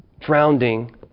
drowning